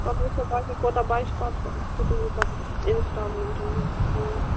پتہٕ وٕچھو باقی کوتاہ بچہِ پتہٕ تہٕ سُہ گوٚو پتہٕ انسٹالمینٹَن منٛز اۭں